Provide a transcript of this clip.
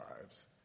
lives